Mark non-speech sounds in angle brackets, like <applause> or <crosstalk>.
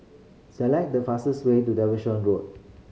select the fastest way to <unintelligible> Road